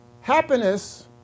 Happiness